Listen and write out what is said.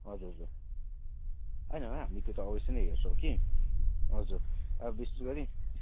हजुर हजुर होइन हामी त्यो त अवश्य नै हेर्छौँ कि हजुर अब विशेषगरी